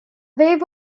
wave